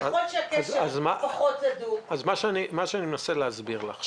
אני מנסה להסביר לך,